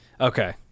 Okay